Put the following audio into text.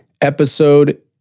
episode